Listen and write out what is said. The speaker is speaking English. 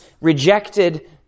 rejected